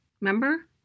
Remember